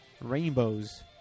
rainbows